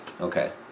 okay